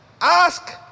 ask